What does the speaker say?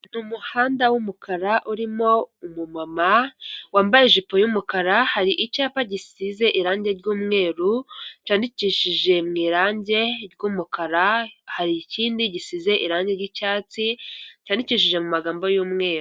Ni umuhanda w'umukara urimo umu mama wambaye ijipo y'umukara hari icyapa gisize irangi ry'umweru cyandikishije mu irangi ry'umukara hari ikindi gisize irangi ry'icyatsi cyandikishije mu magambo y'umweru.